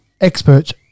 experts